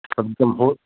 एकदम बहुत